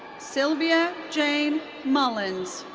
sylvia jane mullins.